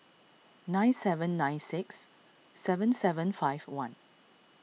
nine seven nine six seven seven five one